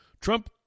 Trump